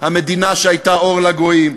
המדינה שהייתה אור לגויים.